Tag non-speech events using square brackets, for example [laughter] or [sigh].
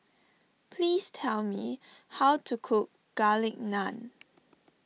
please tell me how to cook Garlic Naan [noise]